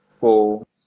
four